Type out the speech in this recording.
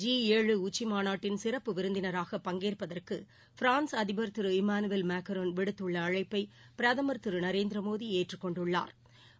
G ஏழு உச்சிமாநாட்டின் சிறப்பு விருந்தினராக பங்கேற்பதற்குபிரான்ஸ் அதிபா் திரு இமானுவேல் மாக்ரான் விடுத்துள்ள அழைப்பை பிரதமா் திருநரேந்திரமோடிஏற்றுக் கொண்டுள்ளாா்